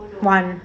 one